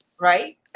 right